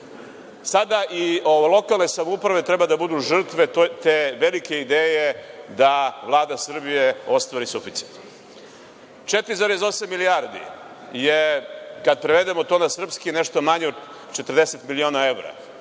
sada i lokalne samouprave treba da budu žrtve te velike ideje da Vlada Srbije ostvari suficit. Četiri zarez osam milijardi, kad prevedemo to na srpski, nešto manje od 40 miliona evra,